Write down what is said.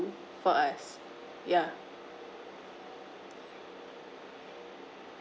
for us ya